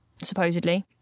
supposedly